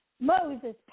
Moses